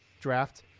draft